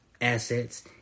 assets